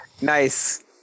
nice